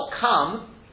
come